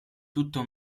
tutto